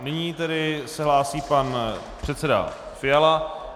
Nyní se hlásí pan předseda Fiala.